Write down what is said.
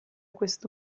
questo